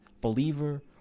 Believer